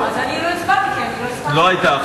אני לא הצבעתי, כי לא הספקתי.